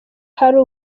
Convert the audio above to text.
hari